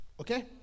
Okay